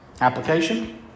Application